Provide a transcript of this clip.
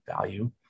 value